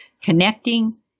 connecting